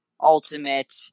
ultimate